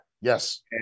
Yes